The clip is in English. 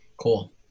cool